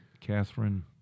Catherine